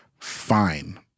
fine